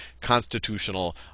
constitutional